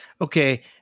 Okay